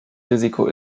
risiko